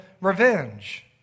revenge